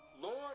Lord